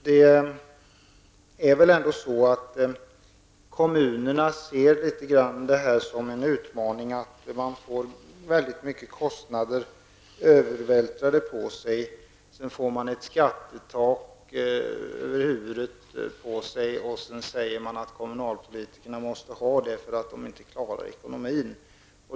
Man ser i kommunerna det litet grand som en utmaning att man får väldigt många kostnader övervältrade på sig. Sedan får man ett skattetak över huvudet, och det sägs att kommunalpolitikernamåste ha detta, eftersom de inte klarar ekonomin.